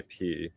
IP